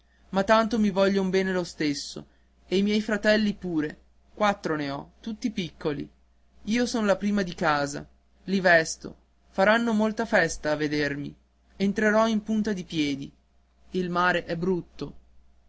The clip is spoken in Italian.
ma tanto mi voglion bene lo stesso e i miei fratelli pure quattro ne ho tutti piccoli io son la prima di casa i vesto faranno molta festa a vedermi entrerò in punta di piedi il mare è brutto